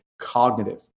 cognitive